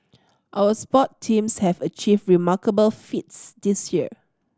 our sport teams have achieved remarkable feats this year